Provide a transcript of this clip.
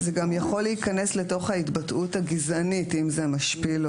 זה גם יכול להיכנס לתוך ההתבטאות הגזענית אם זה משפיל,